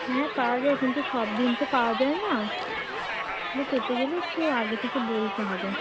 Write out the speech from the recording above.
হ্যাঁ পাওয়া যায় কিন্তু সব দিন তো পাওয়া যায় না এ পেতে গেলে একটু আগে থেকে বলতে হবে